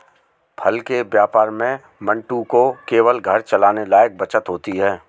फल के व्यापार में मंटू को केवल घर चलाने लायक बचत होती है